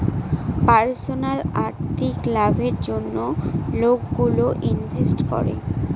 personal আর্থিক লাভের জন্য লোকগুলো ইনভেস্ট করে